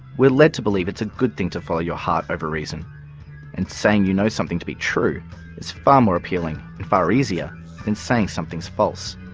we're led to believe it's a good thing to follow your heart over reason and saying you know something to be true is far more appealing and far easier than and saying something's false.